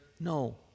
No